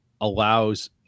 allows